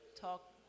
talk